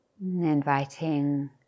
inviting